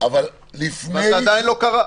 אבל זה עדיין לא קרה.